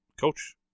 coach